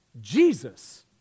Jesus